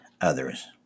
others